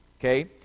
okay